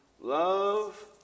love